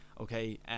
Okay